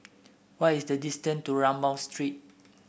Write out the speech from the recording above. what is the distance to Rambau Street